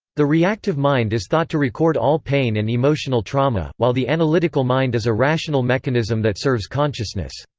the reactive mind is thought to record all pain and emotional trauma, while the analytical mind is a rational mechanism that serves consciousness.